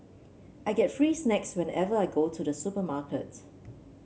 I get free snacks whenever I go to the supermarket